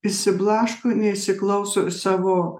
išsiblaško neįsiklauso į savo